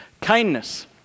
Kindness